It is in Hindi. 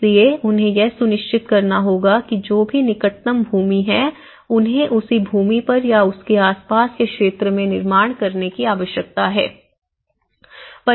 इसलिए उन्हें यह सुनिश्चित करना होगा कि जो भी निकटतम भूमि है उन्हें उसी भूमि पर या उसके आसपास के क्षेत्र में निर्माण करने की आवश्यकता है